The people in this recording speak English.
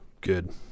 Good